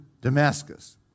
Damascus